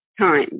time